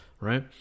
right